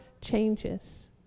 changes